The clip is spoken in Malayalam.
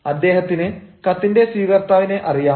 അദ്ദേഹത്തിന് കത്തിന്റെ സ്വീകർത്താവിനെ അറിയാം